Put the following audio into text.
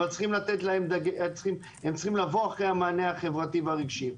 אבל הם צריכים לבוא אחרי המענה החברתי והרגשי.